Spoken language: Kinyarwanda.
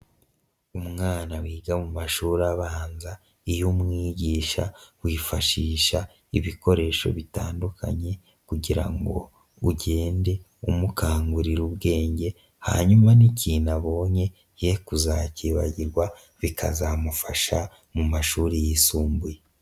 Umwana wiga mu mashuri abanza iyo umwigisha wifashisha ibikoresho bitandukanye kugira ngo ugende umukangurira ubwenge hanyuma n'ikintu abonye ye kuzakibagirwa bikazamufasha mu mashuri yisumbuye.